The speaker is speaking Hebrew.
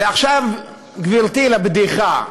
ועכשיו, גברתי, לבדיחה.